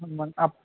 मग आपण